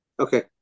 Okay